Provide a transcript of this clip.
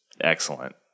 excellent